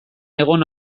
egon